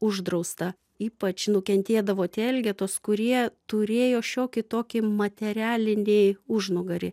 uždrausta ypač nukentėdavo tie elgetos kurie turėjo šiokį tokį materialinį užnugarį